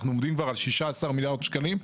אנחנו עומדים כבר על 16 מיליארד שקלים,